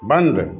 बंद